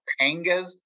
Pangas